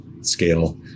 scale